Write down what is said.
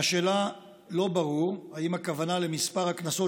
מהשאלה לא ברור אם הכוונה למספר הקנסות